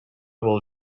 will